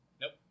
Nope